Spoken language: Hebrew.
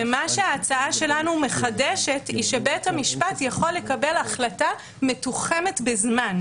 מה שההצעה שלנו מחדשת זה שבית המשפט יכול לקבל החלטה מתוחמת בזמן.